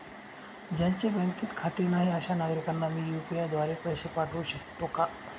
ज्यांचे बँकेत खाते नाही अशा नागरीकांना मी यू.पी.आय द्वारे पैसे पाठवू शकतो का?